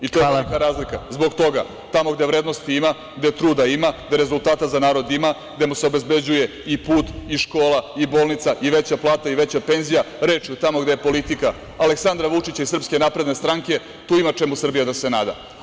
I to je velika razlika. (Predsedavajući: Hvala.) Zbog toga, tamo gde vrednosti ima, gde truda ima, gde rezultata za narod ima, gde mu se obezbeđuje i put i škola i bolnica i veća plata i veća penzija, rečju tamo gde je politika Aleksandra Vučića i SNS, tu ima čemu Srbija da se nada.